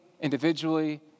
individually